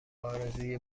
آرزوی